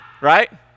Right